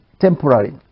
temporary